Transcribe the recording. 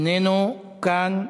איננו כאן.